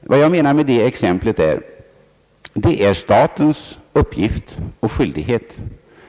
Vad jag menar med det exemplet är att det är statens uppgift och skyldighet